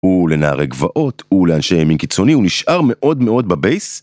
הוא לנערי גבעות, הוא לאנשי ימין קיצוני, הוא נשאר מאוד מאוד בבייס?